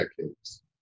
decades